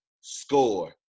score